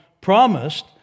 promised